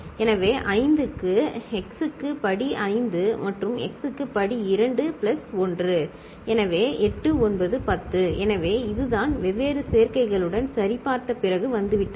எனவே 5 க்கு x க்கு படி 5 மற்றும் x க்கு படி 2 பிளஸ் 1 எனவே 8 9 10 எனவே இதுதான் வெவ்வேறு சேர்க்கைகளுடன் சரிபார்த்த பிறகு வந்துவிட்டது